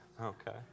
Okay